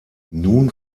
nun